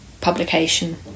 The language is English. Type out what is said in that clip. publication